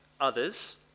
Others